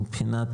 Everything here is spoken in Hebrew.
מבחינת,